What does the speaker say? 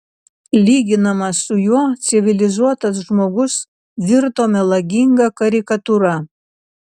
lyginamas su juo civilizuotas žmogus virto melaginga karikatūra